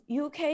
UK